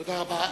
תודה רבה.